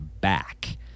back